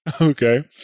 Okay